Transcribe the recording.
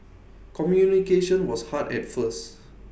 communication was hard at first